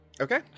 Okay